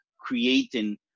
creating